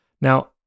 Now